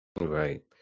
Right